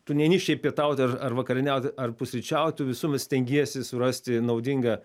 tu neini šiaip pietauti ar ar vakarieniauti ar pusryčiauti visuomet stengiesi surasti naudingą